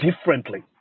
differently